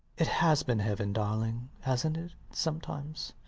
it has been heaven, darling, hasnt it sometimes?